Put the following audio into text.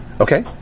Okay